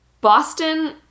Boston